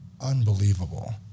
Unbelievable